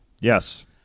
Yes